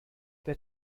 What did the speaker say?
wer